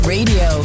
Radio